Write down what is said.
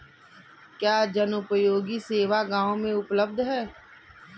क्या जनोपयोगी सेवा गाँव में भी उपलब्ध है?